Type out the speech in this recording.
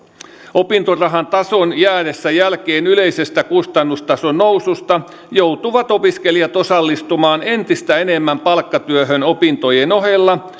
opintorahan tason jäädessä jälkeen yleisestä kustannustason noususta joutuvat opiskelijat osallistumaan entistä enemmän palkkatyöhön opintojen ohella